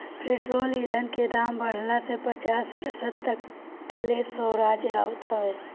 petrol ईधन के दाम बढ़ला से पचास प्रतिशत तक ले राजस्व आवत हवे